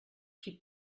qui